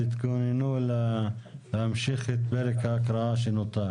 תתכוננו להמשיך את פרק ההקראה שנותר.